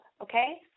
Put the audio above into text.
okay